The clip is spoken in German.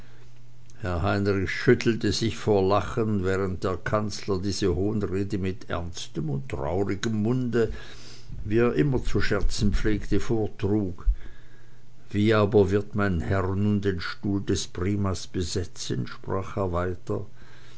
heinrich schüttelte sich vor lachen während der kanzler diese hohnrede mit ernstem und traurigem munde wie er immer zu scherzen pflegte vortrug wie aber wird mein herr nun den stuhl des primas besetzen sprach er weiter